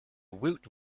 woot